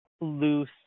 loose